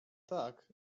tak